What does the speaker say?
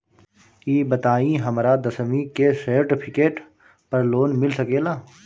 ई बताई हमरा दसवीं के सेर्टफिकेट पर लोन मिल सकेला?